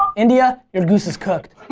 india your goose is cooked.